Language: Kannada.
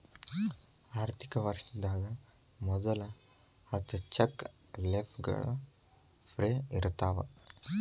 ಆರ್ಥಿಕ ವರ್ಷದಾಗ ಮೊದಲ ಹತ್ತ ಚೆಕ್ ಲೇಫ್ಗಳು ಫ್ರೇ ಇರ್ತಾವ